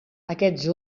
aquests